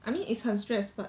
I mean it's 很 stress but